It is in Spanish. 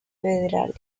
federales